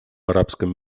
арабском